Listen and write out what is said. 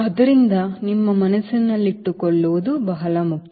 ಆದ್ದರಿಂದ ಇದನ್ನು ನಿಮ್ಮ ಮನಸ್ಸಿನಲ್ಲಿಟ್ಟುಕೊಳ್ಳುವುದು ಬಹಳ ಮುಖ್ಯ